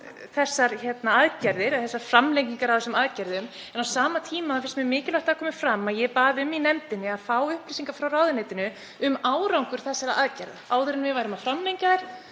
þessar aðgerðir, framlengingar á þessum aðgerðum. En á sama tíma finnst mér mikilvægt að fram komi að ég bað í nefndinni um að fá upplýsingar frá ráðuneytinu um árangur þessara aðgerða áður en við færum að framlengja þær,